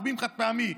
מחביאים חד-פעמי.